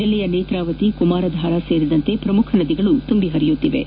ಜಲ್ಲೆಯ ನೇತ್ರಾವತಿ ಕುಮಾರಧಾರ ಸೇರಿದಂತೆ ಪ್ರಮುಖ ನದಿಗಳು ತುಂಬಿ ಪರಿಯುತ್ತಿವೆ